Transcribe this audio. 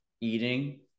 eating